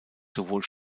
sowohl